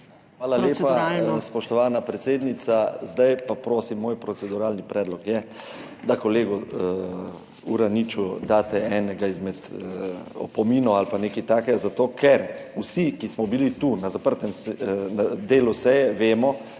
Hvala lepa, spoštovana predsednica. Zdaj pa prosim, moj proceduralni predlog je, da kolegu Uraniču daste enega izmed opominov ali pa nekaj takega, zato ker vsi, ki smo bili tu na zaprtem delu seje, vemo,